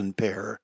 pair